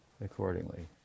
accordingly